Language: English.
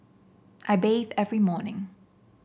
I bathe every morning